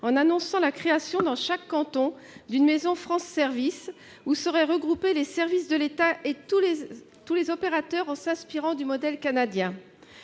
en annonçant la création dans chaque canton d'une maison France services où seraient regroupés les services de l'État et tous les opérateurs. Quel ne fut pas mon étonnement